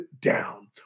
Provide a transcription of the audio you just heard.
down